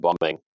bombing